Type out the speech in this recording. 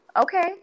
Okay